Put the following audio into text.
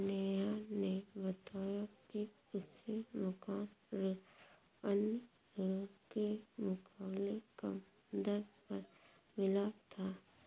नेहा ने बताया कि उसे मकान ऋण अन्य ऋणों के मुकाबले कम दर पर मिला था